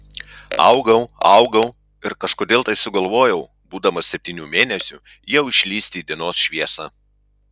augau augau ir kažkodėl tai sugalvojau būdamas septynių mėnesių jau išlįsti į dienos šviesą